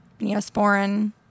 Neosporin